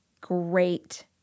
Great